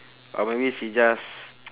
or maybe she just